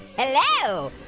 hello,